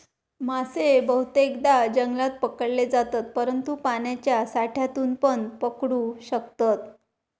मासे बहुतेकदां जंगलात पकडले जातत, परंतु पाण्याच्या साठ्यातूनपण पकडू शकतत